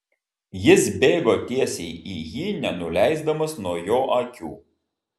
jis bėgo tiesiai į jį nenuleisdamas nuo jo akių